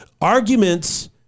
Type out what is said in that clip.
arguments